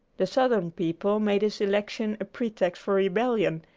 the southern people made his election a pretext for rebellion,